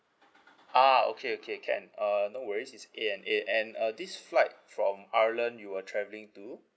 ah okay okay can uh no worries it's A_N_A and uh this flight from ireland you were travelling to